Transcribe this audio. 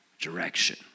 direction